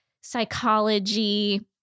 psychology